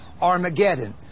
Armageddon